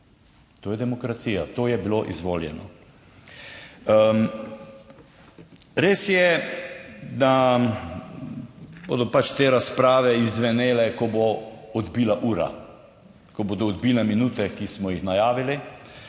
To je demokracija, to je bilo izvoljeno. Res je, da bodo pač te razprave izzvenele, ko bo odbila ura, ko bodo odbile minute, ki smo jih najavili,